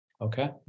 Okay